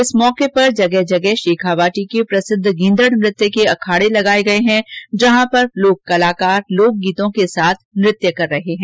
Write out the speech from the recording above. इस अवसर पर जगह जगह शेखावाटी के प्रसिद्ध गींदड नृत्य के अखाडे लगाये गये है जहां पर लोक कलाकार लोक गीतों के साथ नृत्य कर रहे है